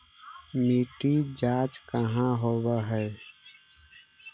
मिट्टी जाँच कहाँ होव है?